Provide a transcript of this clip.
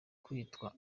kwitwa